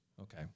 Okay